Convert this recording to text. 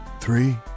three